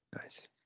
Nice